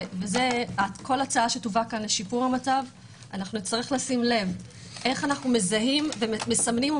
וכל הצעה שתובא לשיפור המצב נצטרך לשים לב איך אנחנו מסמנים או